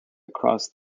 across